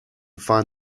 find